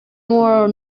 nur